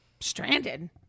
Stranded